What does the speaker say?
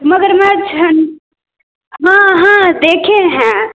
मगरमच्छ हन हाँ हाँ देखें हैं